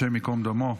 השם ייקום דמו,